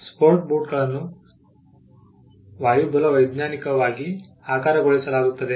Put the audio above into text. sport ಬೂಟುಗಳನ್ನು ವಾಯುಬಲವೈಜ್ಞಾನಿಕವಾಗಿ ಆಕಾರಗೊಳಿಸಲಾಗುತ್ತದೆ